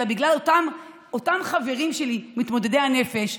אלא בגלל אותם חברים שלי מתמודדי הנפש,